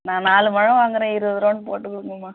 நான் நாலு முழம் வாங்குகிறேன் இருபது ருபானு போட்டு கொடுங்கம்மா